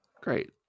great